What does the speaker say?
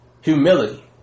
humility